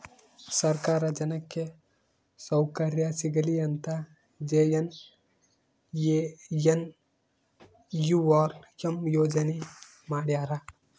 ಸರ್ಕಾರ ಜನಕ್ಕೆ ಸೌಕರ್ಯ ಸಿಗಲಿ ಅಂತ ಜೆ.ಎನ್.ಎನ್.ಯು.ಆರ್.ಎಂ ಯೋಜನೆ ಮಾಡ್ಯಾರ